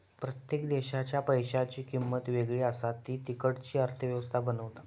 प्रत्येक देशाच्या पैशांची किंमत वेगळी असा ती तिकडची अर्थ व्यवस्था बनवता